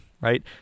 right